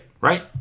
Right